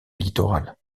littoral